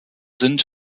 sind